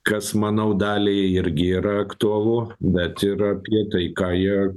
kas manau daliai irgi yra aktualu bet ir apie tai ką jie